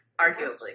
arguably